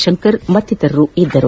ಶಂಕರ್ ಮತ್ತಿತರರು ಇದ್ದರು